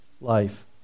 life